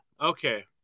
Okay